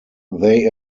they